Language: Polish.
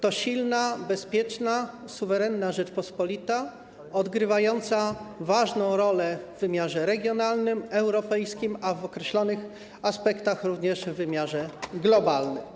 To silna, bezpieczna, suwerenna Rzeczpospolita, odgrywająca ważną rolę w wymiarze regionalnym, europejskim, a w określonych aspektach - również w wymiarze globalnym.